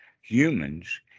humans